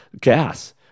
gas